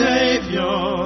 Savior